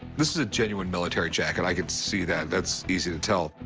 this is a genuine military jacket, i can see that. that's easy to tell.